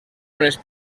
unes